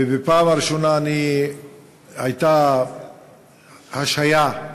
ובפעם הראשונה הייתה השהיה,